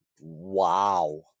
wow